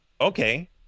okay